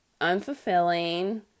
unfulfilling